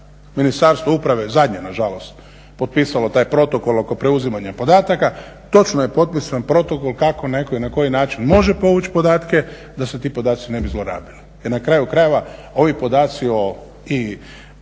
Ministarstvo uprave zadnje na žalost potpisalo taj protokol oko preuzimanja podataka. Točno je potpisan protokol kako netko i na koji način može povući podatke da se ti podaci ne bi zlorabili,